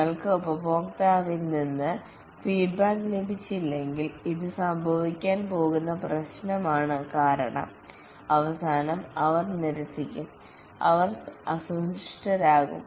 നിങ്ങൾക്ക് ഉപഭോക്താവിൽ നിന്ന് ഫീഡ്ബാക്ക് ലഭിച്ചില്ലെങ്കിൽ ഇത് സംഭവിക്കാൻ പോകുന്ന പ്രശ്നമാണ് കാരണം അവസാനം അവർ നിരസിക്കും അവർ അസന്തുഷ്ടരാകും